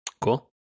cool